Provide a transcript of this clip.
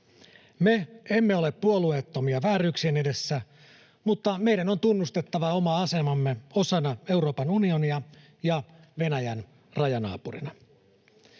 Me emme ole puolueettomia vääryyksien edessä, mutta meidän on tunnustettava oma asemamme osana Euroopan unionia ja Venäjän rajanaapurina.